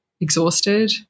exhausted